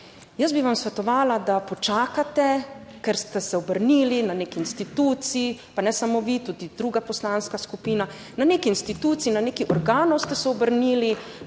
pa bi vam jaz svetovala, da počakate, ker ste se obrnili na neki instituciji, pa ne samo vi, tudi druga poslanska skupina, na neki instituciji, na nekaj organov ste se obrnili